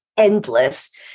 endless